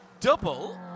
double